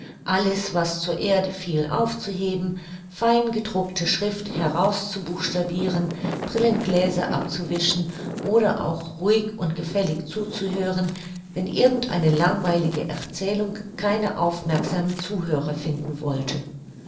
alles was zur erde fiel aufzuheben fein gedruckte schrift heraus zu buchstabiren brillengläser abzuwischen oder auch ruhig und gefällig zuzuhören wenn irgend eine langweilige erzählung keine aufmerksamen zuhörer finden wollte